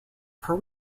per